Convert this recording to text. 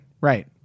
right